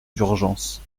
d’urgence